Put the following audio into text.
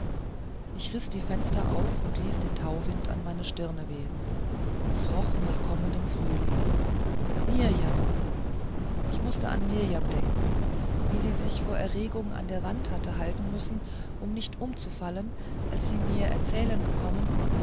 ich riß die fenster auf und ließ den tauwind an meine stirne wehen es roch nach kommendem frühling mirjam ich mußte an mirjam denken wie sie sich vor erregung an der wand hatte halten müssen um nicht umzufallen als sie mir erzählen gekommen